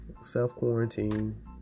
Self-quarantine